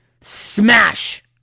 smash